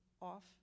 off